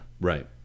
Right